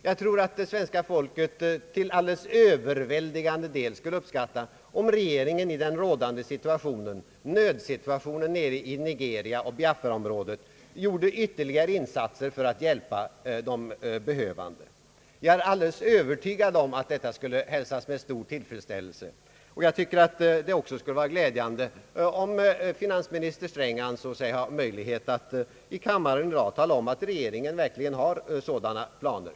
Jag tror att svenska folket till alldeles överväldigande del skulle uppskatta, om regeringen i den rådande situationen — nödsituationen i Nigeria och Biafra — gjorde ytterligare insatser för att hjälpa de behövande. Jag är alldeles övertygad om att en sådan åtgärd skulle hälsas med stor tillfredsställelse. Jag tycker också att det skulle vara glädjande, om finansminister Sträng ansåg sig ha möjlighet att i kammaren i dag tala om att regeringen verkligen har sådana planer.